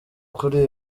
kuri